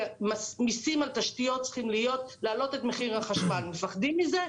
כי מיסים על תשתיות צריכים להעלות את מחיר החשמל ומפחדים מזה,